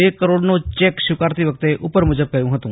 બે કરોડનો ચેક સ્વીકારતી વખતે ઉપર મુજબ કહયું હતું